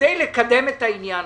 כדי לקדם את זה,